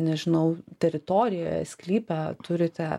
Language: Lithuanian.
nežinau teritorijoje sklype turite